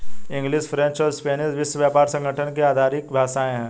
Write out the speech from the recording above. English, French और Spanish विश्व व्यापार संगठन की आधिकारिक भाषाएं है